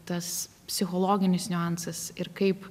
tas psichologinis niuansas ir kaip